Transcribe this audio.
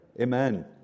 Amen